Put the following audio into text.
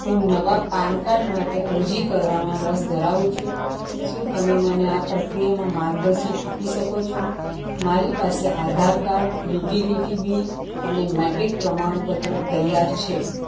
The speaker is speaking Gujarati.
હું નવાં પાન કાર્ડ માટે અરજી કરવામાં રસ ધરાવું છું શું તમે મને આ પ્રક્રિયામાં માર્ગદર્શન આપી શકો છો મારી પાસે આધાર કાર્ડ યુટિલિટી બિલ અને મેટ્રિક પ્રમાણપત્ર તૈયાર છે